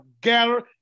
gather